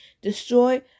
Destroy